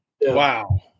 Wow